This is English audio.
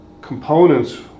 components